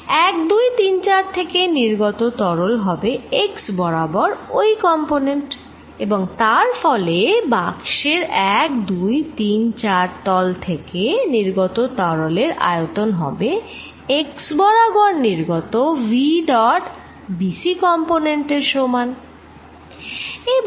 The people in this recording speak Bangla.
1 2 3 4 থেকে নির্গত তরল হবে x বরাবর ঐ কম্পোনেন্ট এবং তার ফলে বাক্সের 1 2 3 4 তল থেকে নির্গত তরলের আয়তন হবে x বরাবর নির্গত v dot b c component এর সমান